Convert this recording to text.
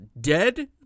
dead